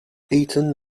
eaten